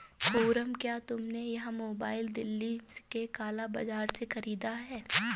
खुर्रम, क्या तुमने यह मोबाइल दिल्ली के काला बाजार से खरीदा है?